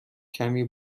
کمی